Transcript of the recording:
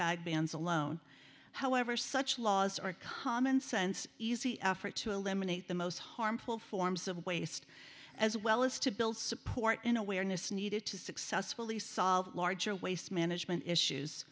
bag bans alone however such laws are commonsense easy effort to eliminate the most harmful forms of waste as well as to build support in awareness needed to successfully solve larger waste management issues